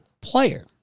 player